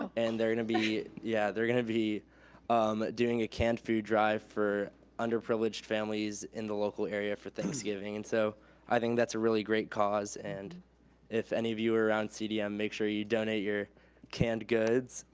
and they're gonna be, yeah, they're gonna be um doing a can food drive for underprivileged families in the local area for thanksgiving. and so i think that's a really great cause and if any of you are around cdm, make sure you donate your canned goods.